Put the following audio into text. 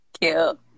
Cute